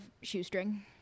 shoestring